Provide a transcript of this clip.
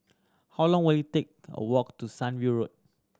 how long will it take walk to Sunview Road